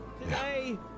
today